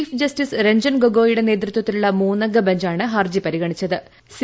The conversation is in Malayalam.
ചീഫ് ജസ്റ്റിസ് രഞ്ജൻ ഗൊഗോയിയുടെ നേതൃത്വത്തിലിുള്ള മൂന്നംഗ ബഞ്ചാണ് ഹർജി സി